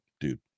dude